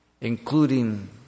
including